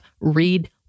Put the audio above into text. Read